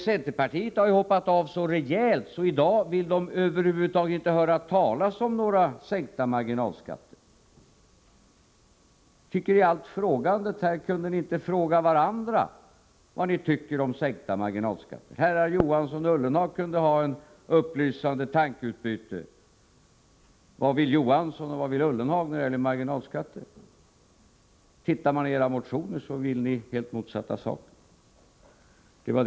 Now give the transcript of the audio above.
Centerpartiet har ju hoppat av så rejält att det i dag över huvud taget inte vill höra talas om någon sänkning av marginalskatterna. I allt frågande kunde ni väl fråga varandra vad ni tycker om en sänkning av marginalskatterna. Herrar Johansson och Ullenhag kunde ha ett upplysande tankeutbyte: vad vill Johansson och vad vill Ullenhag beträffande marginalskatterna? Ser man på era motioner, finner man att ni vill helt motsatta saker.